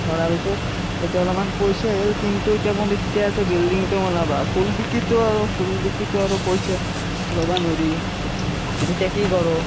কৰাৰ পিছত এতিয়া অলপমান পইচা আহিল কিন্তু এতিয়া মোৰ ইচ্ছা আছে বিল্ডিংটো বনাব ফুল বিক্ৰীটো আৰু ফুল বিক্ৰীটো আৰু পইচা ল'ব ন'ৰি এতিয়া কি কৰো